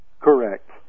Correct